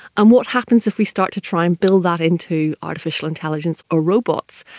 and what happens if we start to try and build that into artificial intelligence or robots.